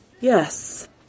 Yes